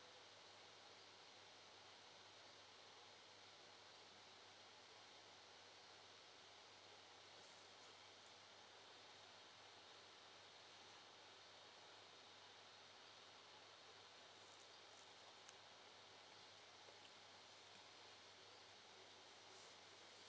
hang we